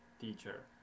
teacher